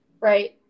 Right